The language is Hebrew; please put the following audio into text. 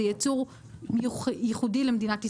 זה ייצור ייחודי למדינת ישראל,